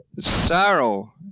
sorrow